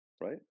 right